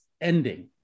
ending